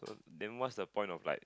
then what's the point of like